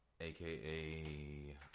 aka